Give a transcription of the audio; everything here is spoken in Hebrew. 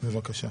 בבקשה.